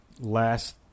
last